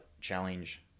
challenge